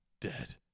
dead